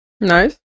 Nice